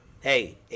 hey